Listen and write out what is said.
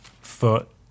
foot